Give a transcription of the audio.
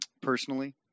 Personally